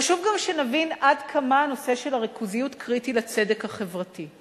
חשוב גם שנבין עד כמה הנושא של ריכוזיות קריטי לצדק החברתי,